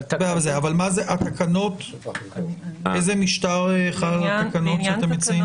אבל איזה משטר חל על התקנות שאתם מציעים?